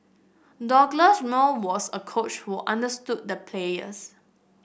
Douglas Moore was a coach who understood the players